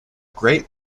great